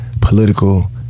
political